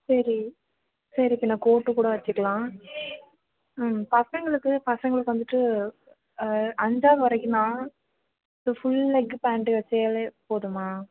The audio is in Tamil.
சரி சரி பின்னர் கோட்டு கூட வச்சிக்கிலாம் ம் பசங்களுக்கு பசங்களுக்கு வந்துட்டு அஞ்சாவது வரைக்குந்தான் இப்போ ஃபுல் லெக்கு பேண்ட் வச்சாலே போதுமா